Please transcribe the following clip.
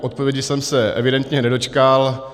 Odpovědi jsem se evidentně nedočkal.